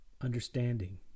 understanding